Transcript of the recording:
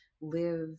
live